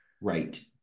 Right